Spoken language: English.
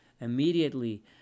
Immediately